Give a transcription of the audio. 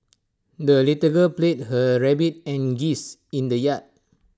the little girl played her rabbit and geese in the yard